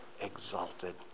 exalted